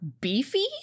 beefy